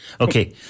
Okay